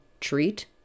treat